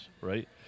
right